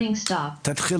הישיבה ננעלה